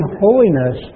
holiness